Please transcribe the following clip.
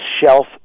shelf